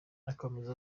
akomeza